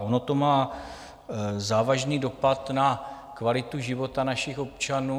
Ono to má závažný dopad na kvalitu života našich občanů.